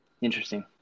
interesting